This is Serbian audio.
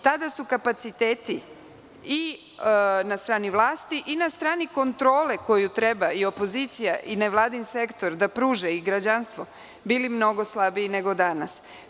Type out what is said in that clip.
Tada su kapaciteti, i na strani vlasti i na strani kontrole koju treba opozicija i nevladin sektor da pruže, bili mnogo slabiji nego danas.